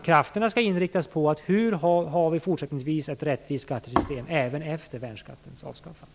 Krafterna skall inriktas på hur vi fortsättningsvis skall få ett rättvist skattesystem, även efter värnskattens avskaffande.